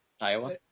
Iowa